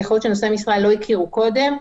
היא אחריות שנושאי משרה לא הכירו קודם.